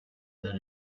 that